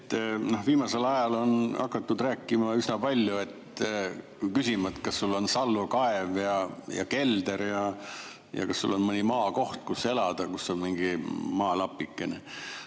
Viimasel ajal on hakatud üsna palju rääkima ja küsima, kas sul on salvkaev ja kelder ja kas sul on mõni maakoht, kus elada, kus on mingi maalapikene.